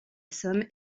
somme